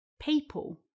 people